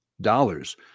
dollars